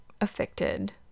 affected